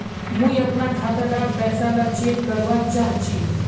मुई अपना खाता डार पैसा ला चेक करवा चाहची?